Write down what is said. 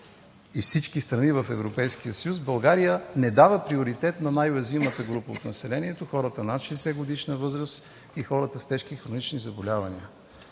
и всички страни в Европейския съюз, България не дава приоритет на най-уязвимата група от населението – хората над 60-годишна възраст и хората с тежки хронични заболявания.